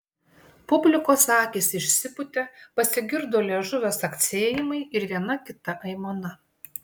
publikos akys išsipūtė pasigirdo liežuvio caksėjimai ir viena kita aimana